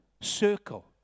circle